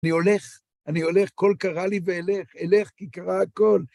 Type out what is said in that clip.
אני הולך, אני הולך, כל קרה לי ואילך, אילך כי קרה הכל.